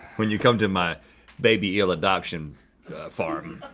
when you come to my baby eel adoption farm.